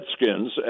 Redskins